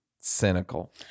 cynical